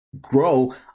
grow